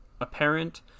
apparent